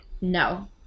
no